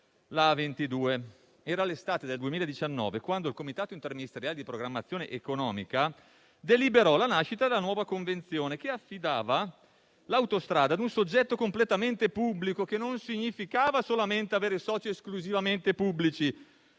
l'A22. Era l'estate del 2019 quando il Comitato interministeriale per la programmazione economica deliberò la nascita della nuova convenzione, che affidava l'autostrada a un soggetto completamente pubblico. Ciò non significava solamente avere soci esclusivamente pubblici,